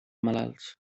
malalts